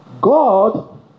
God